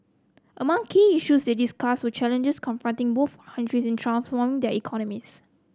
among key issues they discussed were challenges confronting both countries in transforming their economies